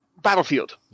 Battlefield